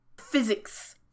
physics